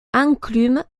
enclume